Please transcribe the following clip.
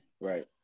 Right